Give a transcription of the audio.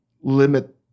limit